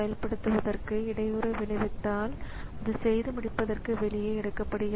எடுத்துக்காட்டாக நீங்கள் 8085 ஐ பார்த்தால் அது மதிப்பு 0 ஐ பெறுகிறது